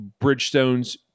Bridgestone's